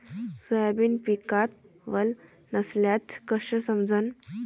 Soybean पिकात वल नसल्याचं कस समजन?